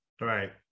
Right